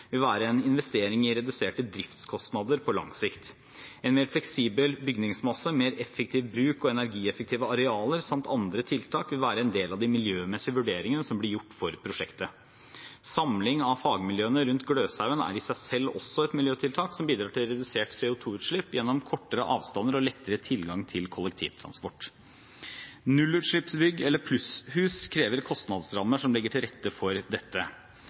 vil være en investering i reduserte driftskostnader på lang sikt. En mer fleksibel bygningsmasse, mer effektiv bruk og energieffektive arealer samt andre tiltak vil være en del av de miljømessige vurderingene som blir gjort for prosjektet. Samling av fagmiljøene rundt Gløshaugen er i seg selv også et miljøtiltak som bidrar til redusert CO 2 -utslipp gjennom kortere avstander og lettere tilgang til kollektivtransport. Nullutslippsbygg eller plusshus krever kostnadsrammer som legger til rette for dette.